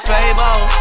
Fable